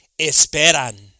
esperan